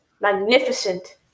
Magnificent